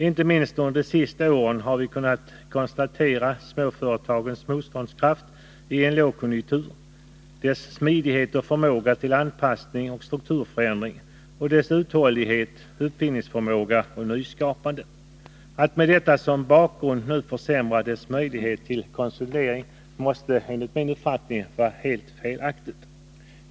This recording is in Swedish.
Inte minst under de senaste åren har vi kunnat konstatera småföretagens motståndskraft i fråga om lågkonjunktur, deras smidighet och förmåga till anpassning och strukturförändring och deras uthållighet, utbildningsförmåga och nyskapande. Att med detta som bakgrund nu försämra deras möjligheter till konsolidering måste enligt min uppfattning vara helt felaktigt.